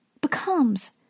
becomes